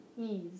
ease